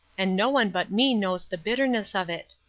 and no one but me knows the bitterness of it.